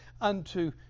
unto